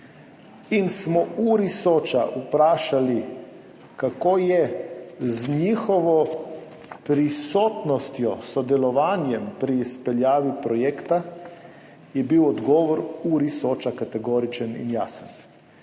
in smo URI Soča vprašali, kako je z njihovo prisotnostjo, s sodelovanjem pri izpeljavi projekta, je bil odgovor URI Soča kategoričen in jasen: